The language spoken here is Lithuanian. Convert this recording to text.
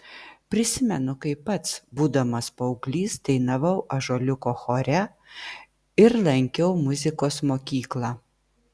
prisimenu kaip pats būdamas paauglys dainavau ąžuoliuko chore ir lankiau muzikos mokyklą